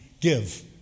give